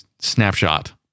snapshot